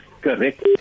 correct